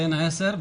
בן עשר,